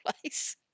place